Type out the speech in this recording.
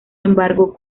embargo